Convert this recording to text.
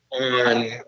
on